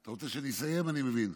אתה רוצה שאני אסיים, אני מבין.